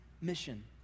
mission